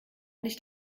nicht